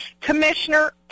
Commissioner